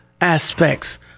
aspects